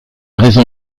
raison